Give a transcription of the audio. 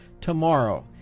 tomorrow